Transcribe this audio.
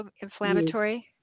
inflammatory